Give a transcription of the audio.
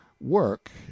work